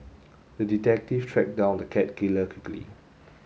the detective tracked down the cat killer quickly